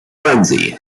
frenzy